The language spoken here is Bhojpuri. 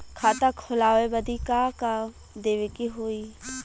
खाता खोलावे बदी का का देवे के होइ?